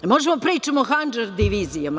Možemo li da pričamo o handžar divizijama?